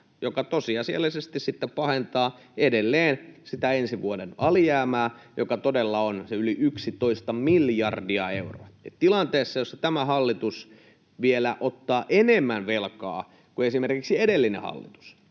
mikä tosiasiallisesti sitten pahentaa edelleen sitä ensi vuoden alijäämää, joka todella on sen yli 11 miljardia euroa tilanteessa, jossa tämä hallitus vielä ottaa enemmän velkaa kuin esimerkiksi edellinen hallitus.